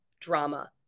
drama